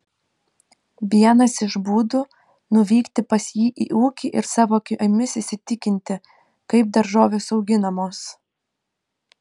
vienas iš būdų nuvykti pas jį į ūkį ir savo akimis įsitikinti kaip daržovės auginamos